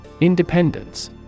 Independence